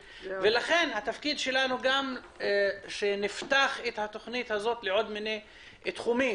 התפקיד שלנו הוא גם לפתוח את התכנית לעוד תחומים.